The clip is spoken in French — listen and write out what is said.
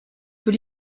peut